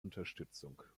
unterstützung